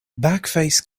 backface